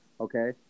okay